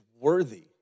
worthy